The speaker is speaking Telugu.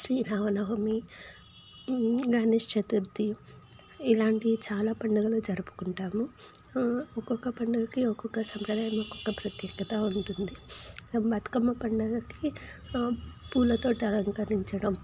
శ్రీరామనవమి గణేష్ చతుర్థి ఇలాంటి చాలా పండుగలు జరుపుకుంటాము ఒకొక్క పండుగకి ఒకొక్క సాంప్రదాయం ఒకొక్క ప్రత్యేకత ఉంటుంది బతుకమ్మ పండుగకి పూలతో అలంకరించడం